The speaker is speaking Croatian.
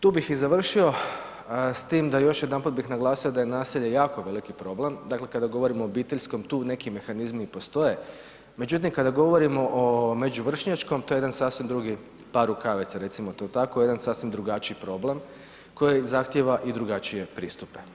Tu bih i završio s tim da još jedanput bih naglasio da je nasilje jako veliki problem, dakle kada govorimo o obiteljskom tu neki mehanizmi i postoje, međutim kada govorimo o među vršnjačkom, to je jedan sasvim drugi par rukavica, recimo to tako, jedan sasvim drugačiji problem koji zahtjeva i drugačije pristupe.